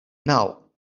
naŭ